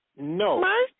No